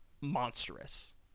monstrous